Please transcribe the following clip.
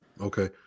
Okay